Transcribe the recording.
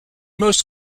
most